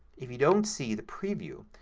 if you don't see the preview,